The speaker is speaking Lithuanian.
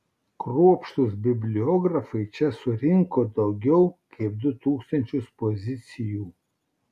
kruopštūs bibliografai čia surinko daugiau kaip du tūkstančius pozicijų